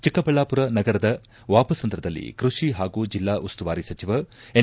ಚಿಕ್ಕಬಳ್ಳಾಪುರ ನಗರದ ವಾಪಸಂದ್ರದಲ್ಲಿ ಕೃಷಿ ಹಾಗೂ ಜಿಲ್ಲಾ ಉಸ್ತುವಾರಿ ಸಚಿವ ಎನ್